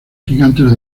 gigantes